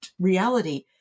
reality